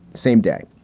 same day